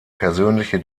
persönliche